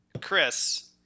Chris